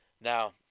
Now